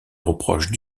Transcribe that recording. reprochent